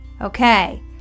okay